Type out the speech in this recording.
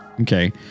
Okay